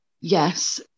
Yes